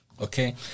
Okay